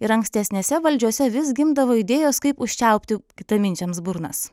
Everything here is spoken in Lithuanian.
ir ankstesnėse valdžiose vis gimdavo idėjos kaip užčiaupti kitaminčiams burnas